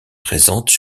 présentes